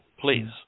please